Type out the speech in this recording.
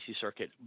Circuit